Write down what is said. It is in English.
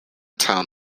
town